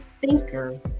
thinker